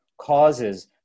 causes